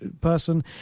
person